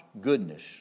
goodness